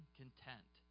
content